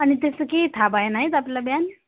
अनि त्यस्तो केही थाह भएन है तपाईँलाई बिहान